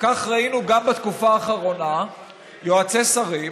וכך ראינו גם בתקופה האחרונה יועצי שרים